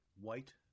white